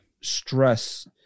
stress